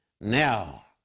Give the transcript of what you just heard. Now